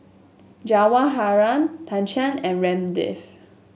Jawaharlal Chetan and Ramdev